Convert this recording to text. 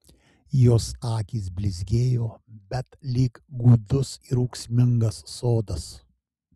jos akys blizgėjo bet lyg gūdus ir ūksmingas sodas